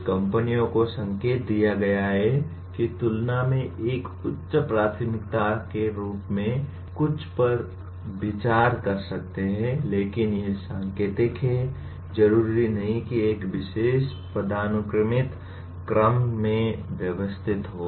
कुछ कंपनियों को संकेत दिया गया है की तुलना में एक उच्च प्राथमिकता के रूप में कुछ पर विचार कर सकते हैं लेकिन ये सांकेतिक हैं जरूरी नहीं कि एक विशेष पदानुक्रमित क्रम में व्यवस्थित हो